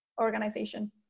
organization